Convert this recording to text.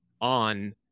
on